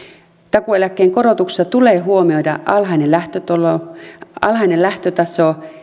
takuueläkkeen korotuksessa tulee huomioida alhainen lähtötaso alhainen lähtötaso